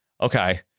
Okay